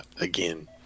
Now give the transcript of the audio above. Again